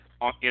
on